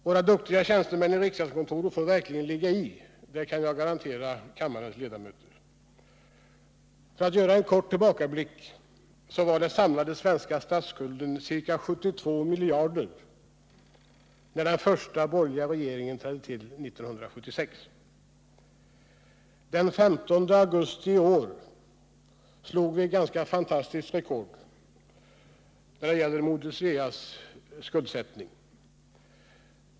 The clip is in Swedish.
Våra duktiga tjänstemän i riksgäldskontoret får verkligen ligga i — det kan jag garantera kammarens ledamöter. För att göra en kort tillbakablick så var den samlade svenska statsskulden ca 72 miljarder när den första borgerliga regeringen tillträdde 1976. Den 15 augusti i år slog vi ett ganska fantastiskt rekord när det gäller Moder Sveas skuldsättning.